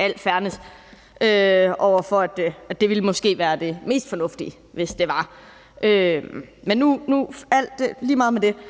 i forhold til at det måske ville være det mest fornuftige, hvis det var, men lige meget med det nu.